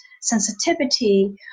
sensitivity